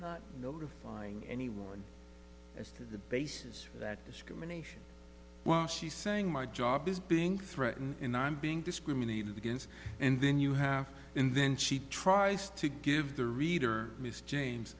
not notifying anyone as to the basis for that discrimination well she's saying my job is being threatened and i'm being discriminated against and then you have and then she tries to give the reader miss james